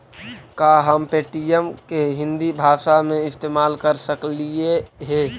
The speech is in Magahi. का हम पे.टी.एम के हिन्दी भाषा में इस्तेमाल कर सकलियई हे?